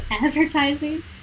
advertising